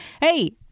Hey